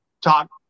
talk